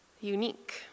unique